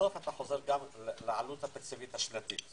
בסוף אתה חוזר לעלות התקציבית השנתית.